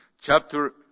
Chapter